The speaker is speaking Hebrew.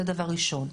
זה דבר ראשון.